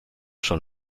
schon